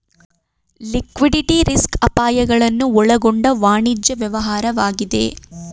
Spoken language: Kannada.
ಲಿಕ್ವಿಡಿಟಿ ರಿಸ್ಕ್ ಅಪಾಯಗಳನ್ನು ಒಳಗೊಂಡ ವಾಣಿಜ್ಯ ವ್ಯವಹಾರವಾಗಿದೆ